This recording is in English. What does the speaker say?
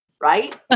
right